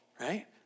right